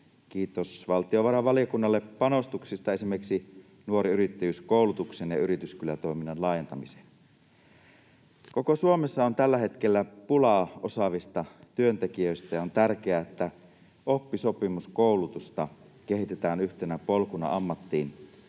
kiitos valtiovarainvaliokunnalle panostuksista esimerkiksi Nuori Yrittäjyys ‑koulutukseen ja Yrityskylä-toiminnan laajentamiseen. Koko Suomessa on tällä hetkellä pulaa osaavista työntekijöistä, ja on tärkeää, että oppisopimuskoulutusta kehitetään yhtenä polkuna ammattiin,